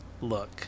Look